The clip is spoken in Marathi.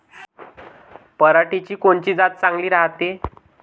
पऱ्हाटीची कोनची जात चांगली रायते?